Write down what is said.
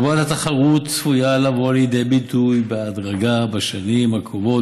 הגברת התחרות צפויה לבוא לידי ביטוי בהדרגה בשנים הקרובות